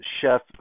chef